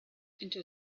into